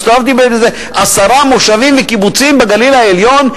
הסתובבתי בעשרה מושבים וקיבוצים בגליל העליון,